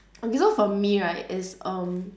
okay so for me right it's um